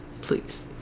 please